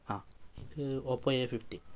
ആ ഇത് Oppo A fifty